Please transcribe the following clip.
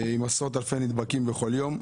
עם עשרות אלפי נדבקים בכל יום.